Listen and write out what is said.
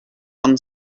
one